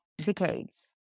decades